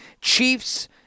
Chiefs